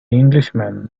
englishman